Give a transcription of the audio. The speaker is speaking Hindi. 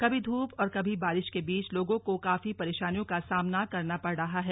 कभी धूप और कभी बारिश के बीच लोगों को काफी परेशानियों का सामना करना पड़ रहा है